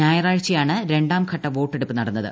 ഞായറാഴ്ചയാണ് രണ്ടാംഘട്ട വോട്ടെടുപ്പ് നടന്നത്